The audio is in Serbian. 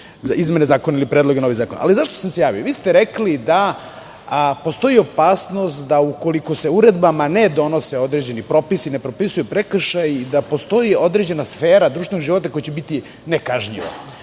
izmene zakona ili predloge novih zakona.Zašto sam se javio? Vi ste rekli da postoji opasnost da ukoliko se uredbama ne donose određeni propisi, ne propisuju prekršaji, da postoji određena sfera društvenog života koja će biti nekažnjiva.